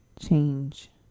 change